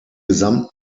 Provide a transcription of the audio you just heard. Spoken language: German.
gesamten